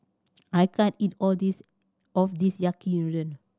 I can't eat all this of this Yaki Udon